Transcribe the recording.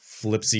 Flipsy